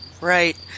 right